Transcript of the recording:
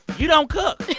you don't cook